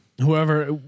whoever